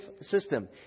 system